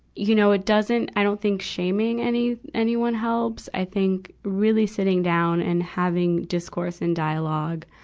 you know, it doesn't, i don't think, shaming any, anyone helps. i think really sitting down and having discourse and dialogue,